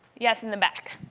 yes, in the back.